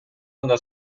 гана